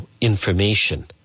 information